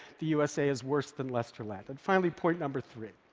the usa is worse than lesterland. and finally, point number three